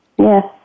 Yes